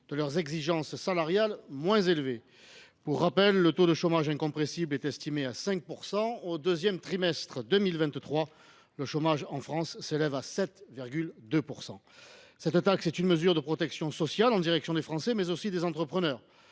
de leurs exigences salariales moins élevées. Pour rappel, le taux de chômage incompressible est estimé à 5 %. Au deuxième trimestre 2023, le chômage en France s’élève à 7,2 %. Cette taxe est une mesure de protection sociale en direction des travailleurs français, mais aussi des entrepreneurs.